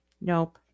Nope